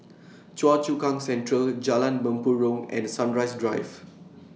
Choa Chu Kang Central Jalan Mempurong and Sunrise Drive